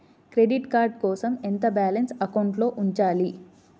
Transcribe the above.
Credit card కోసం ఎంత balance అకౌంట్లో ఉంచాలి?